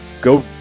go